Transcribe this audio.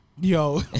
Yo